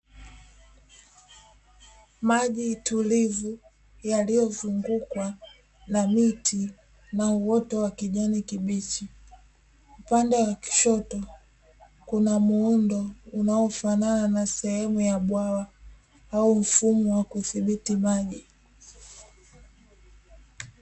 Maji tulivu yaliyozungukwa na miti na uoto wa kijani kibichi, upande wa kushoto kuna muundo unao fanana na sehemu ya bwawa, au mfumo wa kudhibiti maji.